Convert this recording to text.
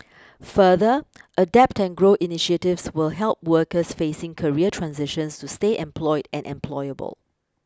further Adapt and Grow initiatives will help workers facing career transitions to stay employed and employable